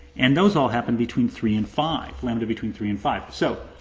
and those all happen between three and five, lambda between three and five. so,